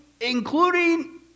including